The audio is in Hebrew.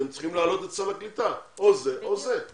אז הם צריכים להעלות את סל הקליטה, או זה או זה.